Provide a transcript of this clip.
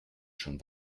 schon